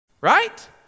Right